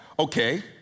Okay